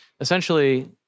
essentially